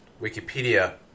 Wikipedia